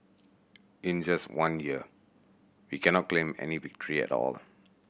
in just one year we cannot claim any victory at all